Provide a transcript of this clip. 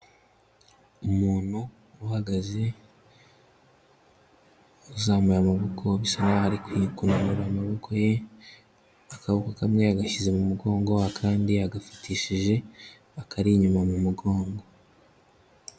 Umuntu uhagaze uzamuye amaboko, bisa naho ari kunura amaboko ye, akaboko kamwe yagashyize mu mugongo, akandi agafatishije akari inyuma mu mugongo.